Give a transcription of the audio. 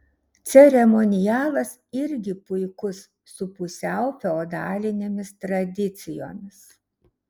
ceremonialas irgi puikus su pusiau feodalinėmis tradicijomis